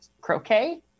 croquet